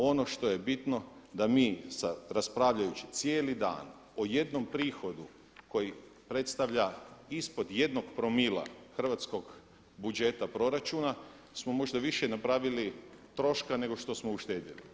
Ono što je bitno da mi raspravljajući cijeli dan o jednom prihodu koji predstavlja ispod jednog promila hrvatskog budžeta proračuna smo možda više napravili troška nego što smo uštedjeli.